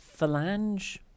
phalange